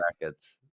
brackets